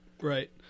Right